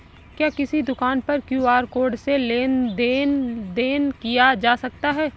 क्या किसी दुकान पर क्यू.आर कोड से लेन देन देन किया जा सकता है?